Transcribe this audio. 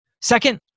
Second